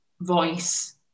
voice